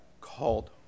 called